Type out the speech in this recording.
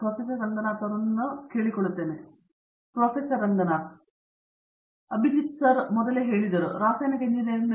ನಮ್ಮ ಅಭಿಜಿತ್ ಕುರಿತು ಮಾಹಿತಿ ನಾವು ರಾಸಾಯನಿಕ ಎಂಜಿನಿಯರಿಂಗ್ನ ಇತ್ತೀಚಿನ ಪ್ರದೇಶಗಳಲ್ಲಿ ಕೆಲಸ ಆದರೆ ಇನ್ನೂ ನಮ್ಮ ಮೂಲಭೂತ ದ್ರವ ಯಂತ್ರಶಾಸ್ತ್ರ ಸಾಮೂಹಿಕ ವರ್ಗಾವಣೆ ಒಳಗೊಂಡಿರುವ ತತ್ವಗಳನ್ನು ಆಧರಿಸಿವೆ